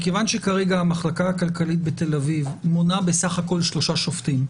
מכיוון שכרגע המחלקה הכלכלית בתל אביב מונה בסך הכול שלושה שופטים,